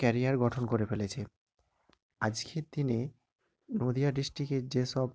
career গঠন করে ফেলেছে আজকের দিনে নদিয়া ডিস্টিক্টের যেসব